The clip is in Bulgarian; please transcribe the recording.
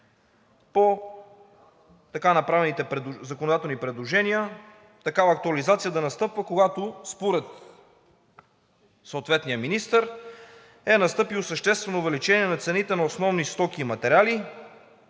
По така направените законодателни предложения такава актуализация да настъпва, когато според съответния министър е настъпило съществено увеличение на цените на основни стоки и материали,